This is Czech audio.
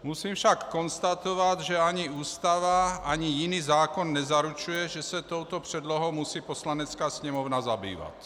Musím však konstatovat, že ani Ústava ani jiný zákon nezaručuje, že se touto předlohou musí Poslanecká sněmovna zabývat.